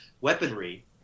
weaponry